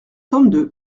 tome